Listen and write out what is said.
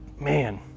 man